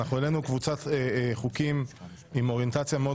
העלינו קבוצת חוקים עם אוריינטציה מאוד